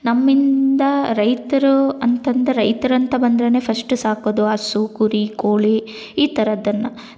ನಮ್ಮಿಂದ ರೈತರು ಅಂತಂದು ರೈತರಂತ ಬಂದ್ರೆ ಫಶ್ಟ್ ಸಾಕೋದು ಹಸು ಕುರಿ ಕೋಳಿ ಈ ಥರದ್ದನ್ನ